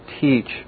teach